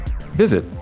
visit